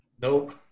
Nope